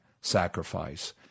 sacrifice